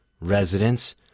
residents